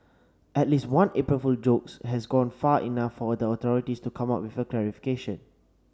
at least one April Fool jokes has gone far enough for the authorities to come out with a clarification